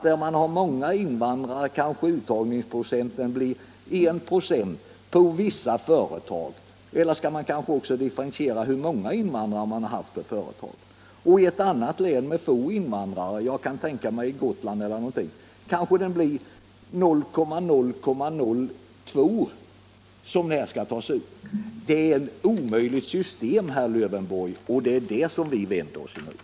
Där man har många invandrare beslutar man kanske att uttaget blir 1 96 för vissa företag — eller skall man kanske också differentiera uttaget efter hur många invandrare ett företag har haft? I ett annat län med få invandrare —t.ex. Gotland — kanske uttaget blir 0,002 96. Det är ett omöjligt system, herr Lövenborg, och det är det som vi vänder oss emot.